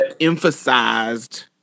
emphasized